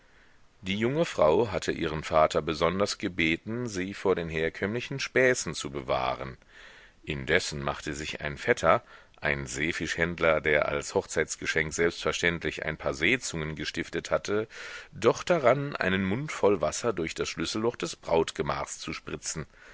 die junge frau hatte ihren vater besonders gebeten sie vor den herkömmlichen späßen zu bewahren indessen machte sich ein vetter ein seefischhändler der als hochzeitsgeschenk selbstverständlich ein paar seezungen gestiftet hatte doch daran einen mund voll wasser durch das schlüsselloch des brautgemachs zu spritzen